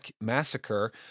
Massacre